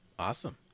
Awesome